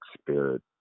spirit